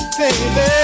baby